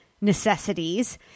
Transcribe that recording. necessities